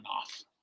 off